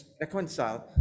reconciled